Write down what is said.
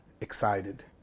excited